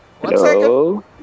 hello